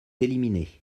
éliminé